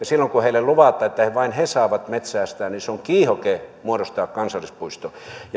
silloin kun heille luvataan että vain he saavat metsästää se on kiihoke muodostaa kansallispuisto